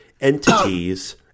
entities